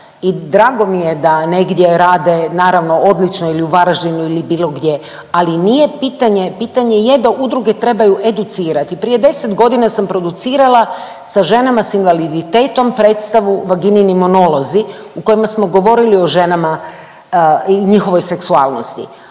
drago mi je da negdje rade naravno odlično ili u Varaždinu ili bilo gdje, ali nije pitanje, pitanje je da udruge trebaju educirati. Prije 10.g. sam producirala sa ženama s invaliditetom predstavu „Vaginini monolozi“ u kojima smo govorili o ženama i njihovoj seksualnosti,